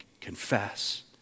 confess